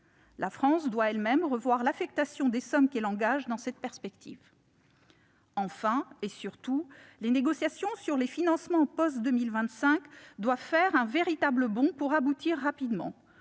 La France doit elle-même revoir l'affectation des sommes qu'elle engage dans cette perspective. Enfin, et surtout, les négociations sur les financements post-2025 doivent faire un véritable bond en avant pour aboutir rapidement.